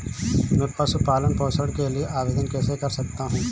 मैं पशु पालन पोषण के लिए आवेदन कैसे कर सकता हूँ?